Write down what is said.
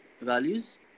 values